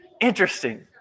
interesting